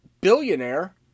billionaire